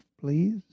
please